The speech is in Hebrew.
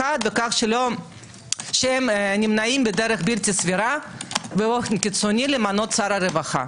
על כך שהם נמנעים בדרך בלתי סבירה ובאופן קיצוני למנות שר הרווחה.